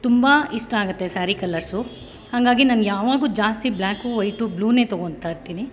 ತುಂಬ ಇಷ್ಟ ಆಗುತ್ತೆ ಸ್ಯಾರಿ ಕಲ್ಲರ್ಸು ಹಾಗಾಗಿ ನಾನು ಯಾವಾಗ್ಲೂ ಜಾಸ್ತಿ ಬ್ಲ್ಯಾಕು ವೈಟು ಬ್ಲೂನೇ ತೊಗೊಳ್ತಾಯಿರ್ತೀನಿ